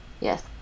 Yes